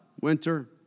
Winter